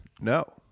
No